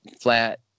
flat